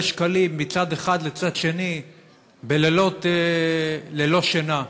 שקלים מצד אחד לצד שני בלילות ללא שינה.